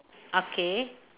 okay